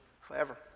forever